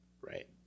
right